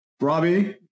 Robbie